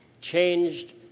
changed